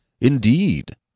Indeed